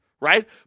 Right